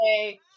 Okay